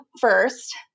first